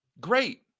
Great